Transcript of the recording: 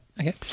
Okay